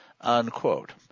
unquote